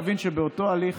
צריך להבין שבאותו הליך